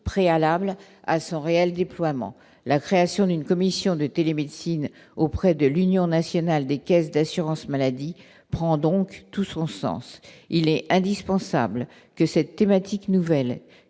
préalable à son réel déploiement, la création d'une commission de télémédecine auprès de l'Union nationale des Caisses d'assurance-maladie prend donc tout son sens, il est indispensable que cette thématique nouvelle